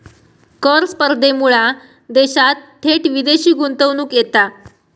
कर स्पर्धेमुळा देशात थेट विदेशी गुंतवणूक येता